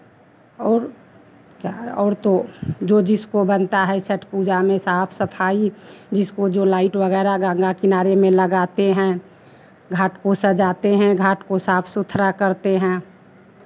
और क्या और तो जो जिसको बनता है छठ पूजा में साफ सफाई जिसको जो लाइट वगैरह गंगा किनारे में लगाते हैं घाट को सजाते हैं घाट को साफ सुथरा करते हैं